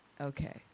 Okay